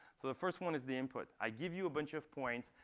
so the first one is the input. i give you a bunch of points,